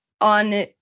on